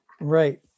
Right